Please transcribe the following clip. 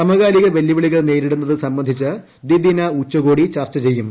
സമകാലിക വെല്ലുവിളികൾ നേരിടുന്നത് സംബന്ധിച്ച് ദ്വിദിന ഉച്ചകോടി ചർച്ച ചെയ്യും